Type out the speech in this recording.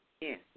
Yes